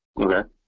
Okay